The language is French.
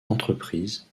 entreprise